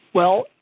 well,